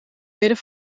midden